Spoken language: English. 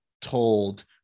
told